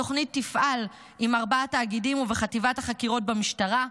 התוכנית תפעל עם ארבעה תאגידים ובחטיבת החקירות במשטרה.